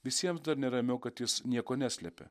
visiems dar neramiau kad jis nieko neslepia